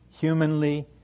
humanly